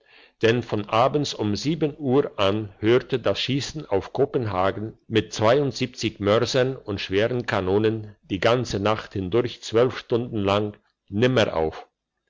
denn von abends um sieben uhr an hörte das schiessen auf kopenhagen mit mörsern und schweren kanonen die ganze nacht hindurch zwölf stunden lang nimmer auf